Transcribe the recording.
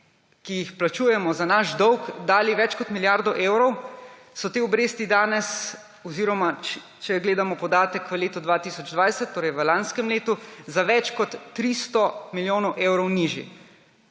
ki jih plačujemo za naš dolg, dali več kot milijardo evrov, so te obresti danes oziroma če gledamo podatek v letu 2020, torej v lanskem letu, za več kot 300 milijonov evrov nižji.